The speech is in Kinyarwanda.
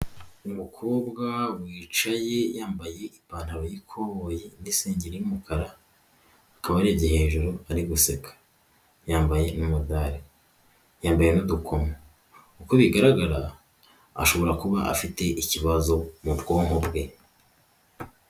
Uyu mukobwa wicaye yambaye ipantaro y'ikoboyi ndetse n'isengeri y'umukara akaba arebye hejuru ari guseka yambaye n'umudari yambaye n'udukomo, uko bigaragara ashobora kuba afite ikibazo mu bwonko bwe.